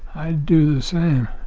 i'd do the same.